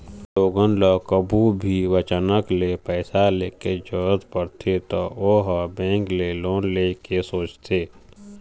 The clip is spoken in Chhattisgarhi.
लोगन ल कभू भी अचानके ले पइसा के जरूरत परथे त ओ ह बेंक ले लोन ले के सोचथे